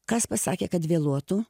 kas pasakė kad vėluotų